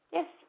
Yes